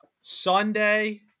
Sunday